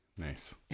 nice